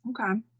Okay